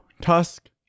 tusk